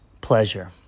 pleasure